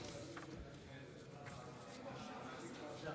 זה נוסח הצהרת האמונים: "אני מתחייב לשמור אמונים